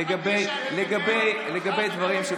לגבי דברים,